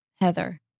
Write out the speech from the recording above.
Heather